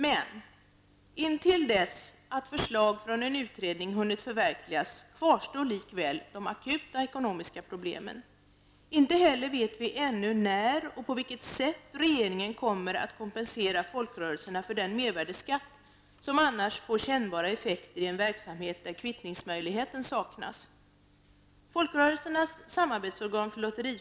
Men intill dess att förslag från en utredning hunnit förverkligas kvarstår likväl de akuta ekonomiska problemen. Inte heller vet vi ännu när och på vilket sätt regeringen kommer att kompensera folkrörelserna för den mervärdeskatt som annars får kännbara effekter i en verksamhet där kvittningsmöjligheten saknas.